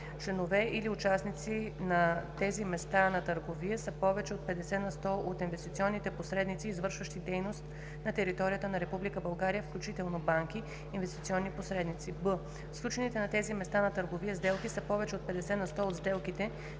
членове или участници на тези места на търговия са повече от 50 на сто от инвестиционните посредници, извършващи дейност на територията на Република България, включително банки – инвестиционни посредници; б) сключените на тези места на търговия сделки са повече от 50 на сто от сделките,